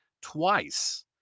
twice